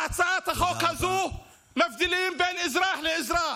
בהצעת החוק הזאת אתם מבדילים בין אזרח לאזרח.